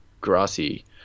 grassy